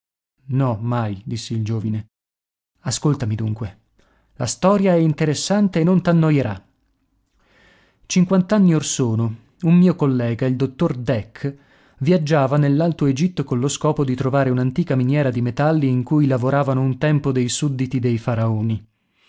no mai disse il giovine ascoltami dunque la storia è interessante e non t'annoierà cinquant'anni or sono un mio collega il dottor dek viaggiava nell'alto egitto collo scopo di trovare un'antica miniera di metalli in cui lavoravano un tempo dei sudditi dei faraoni